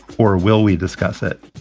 or will we discuss it?